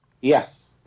Yes